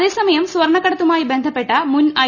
അതേസമയം സ്വർണ്ണക്കടത്തുമായി ബന്ധപ്പെട്ട് മുൻ ഐ